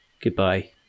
goodbye